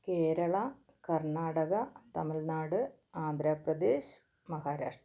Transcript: Kerala Karnataka Tamil Nadu Andhra Pradesh Maharashtra